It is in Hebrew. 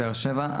מבאר שבע,